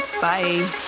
Bye